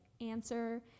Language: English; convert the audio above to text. answer